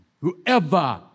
Whoever